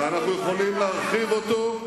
ואנחנו יכולים להרחיב אותו.